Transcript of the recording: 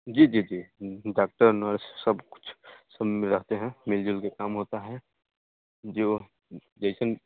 जी जी जी doctor nurse सब कुछ संग में रहते हैं मिल जुल के काम होता है जो जइसन